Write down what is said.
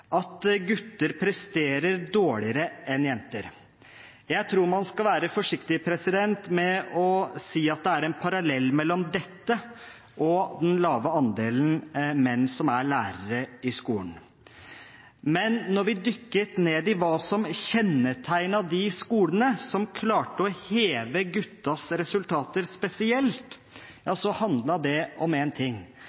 at gutter presterer dårligere enn jenter. Jeg tror man skal være forsiktig med å si at det er en parallell mellom det og den lave andelen menn som er lærere i skolen. Men da vi dykket ned i hva som kjennetegner de skolene som klarte å heve guttenes resultater spesielt, handlet det om én ting: